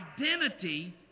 identity